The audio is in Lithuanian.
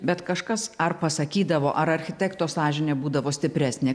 bet kažkas ar pasakydavo ar architekto sąžinė būdavo stipresnė